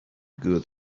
good